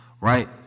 right